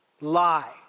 Lie